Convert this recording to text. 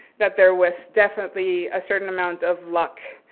that there was definitely a certain amount of luck,